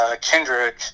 Kendrick